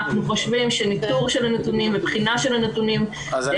אנחנו חושבים שניטור ובחינה של הנתונים --- אני